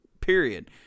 period